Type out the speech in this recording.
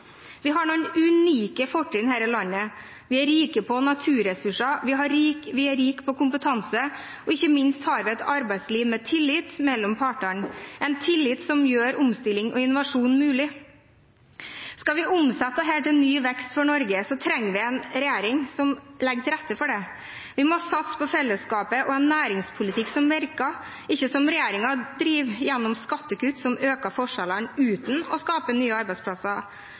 Vi har noen unike fortrinn her i landet. Vi er rike på naturressurser, vi er rike på kompetanse, og ikke minst har vi et arbeidsliv med tillit mellom partene, en tillit som gjør omstilling og innovasjon mulig. Skal vi omsette dette til ny vekst for Norge, trenger vi en regjering som legger til rette for det. Vi må satse på fellesskapet og en næringspolitikk som virker, ikke som den regjeringen driver, gjennom skattekutt som øker forskjellene uten å skape nye arbeidsplasser.